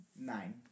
nine